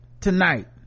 tonight